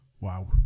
wow